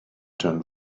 turned